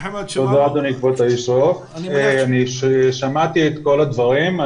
שמעתי את כל הדברים.